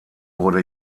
wurde